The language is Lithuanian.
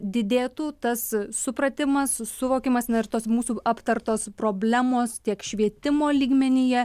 didėtų tas supratimas suvokimas na ir tos mūsų aptartos problemos tiek švietimo lygmenyje